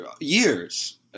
years